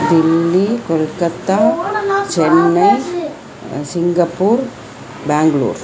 Delhi Kolkata Chennai Singapore Bangalore